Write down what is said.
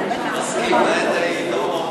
המשכיל בעת ההיא יידום,